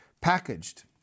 packaged